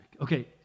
Okay